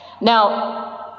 Now